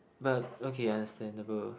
but okay understandable